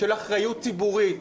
של אחריות ציבורית.